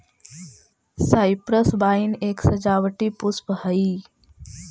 cypress vine एक सजावटी पुष्प हई